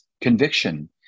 conviction